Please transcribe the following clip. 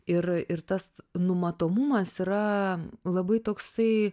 ir ir tas numatomumas yra labai toksai